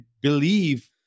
believe